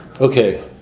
Okay